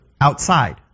outside